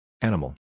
Animal